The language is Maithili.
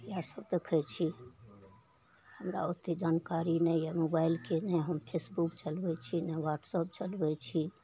वएहसब देखै छी हमरा ओतेक जानकारी नहि यऽ मोबाइलके नहि हम फेसबुक चलबै छी नहि व्हाट्सअप चलबै छी